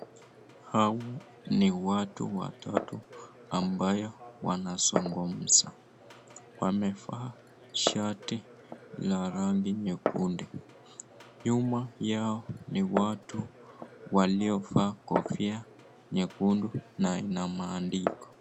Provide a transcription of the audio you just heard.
Hawa ni watu watatu ambao wanazungumza, wamevaa shati la rangi nyekundu, nyuma yao ni watu waliovaa kofia nyekundu na ina maandiko.